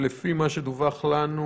לפי מה שדווח לנו,